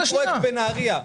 רכשתי פרויקט בנהריה.